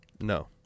No